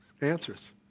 answers